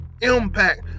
impact